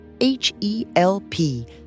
H-E-L-P